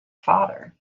father